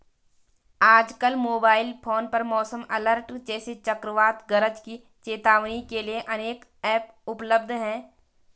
आजकल mobile phone पर मौसम अलर्ट जैसे चक्रवात गरज की चेतावनी के लिए अनेक ऐप उपलब्ध है